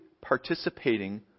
participating